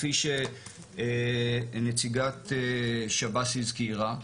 כפי שנציגת שב"ס הזכירה.